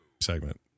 segment